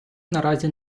наразі